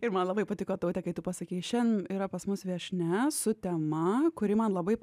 ir man labai patiko taute kai tu pasakei šiandien yra pas mus viešnia su tema kuri man labai